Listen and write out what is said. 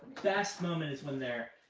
best moment is when they're,